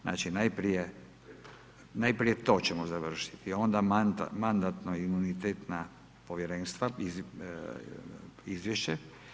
Znači najprije to ćemo završiti onda mandatno imunitetna povjerenstva izvješće.